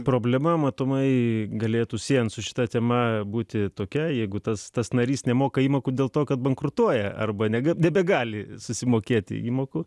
problema matomai galėtų siejant su šita tema būti tokia jeigu tas tas narys nemoka įmokų dėl to kad bankrutuoja arba niekaip nebegali susimokėti įmokų